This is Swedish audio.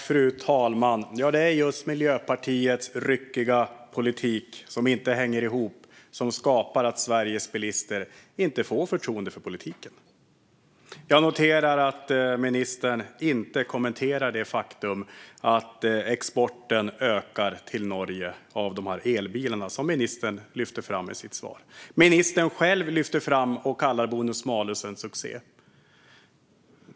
Fru talman! Miljöpartiets ryckiga politik, som inte hänger ihop, gör att Sveriges bilister inte får förtroende för politiken. Jag noterar att ministern inte kommenterar det faktum att exporten ökar till Norge av de här elbilarna, som ministern lyfter fram i sitt svar. Ministern själv kallar bonus-malus en succé.